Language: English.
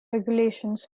regulations